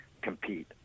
compete